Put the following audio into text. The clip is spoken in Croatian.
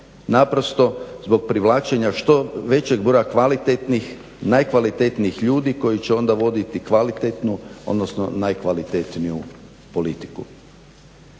Naprosto zbog privlačenja što većeg broja kvalitetnih, najkvalitetnijih ljudi koji će onda voditi kvalitetnu odnosno